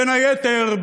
בין היתר,